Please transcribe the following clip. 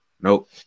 Nope